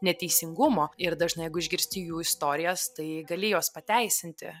neteisingumo ir dažnai jeigu išgirsti jų istorijas tai gali juos pateisinti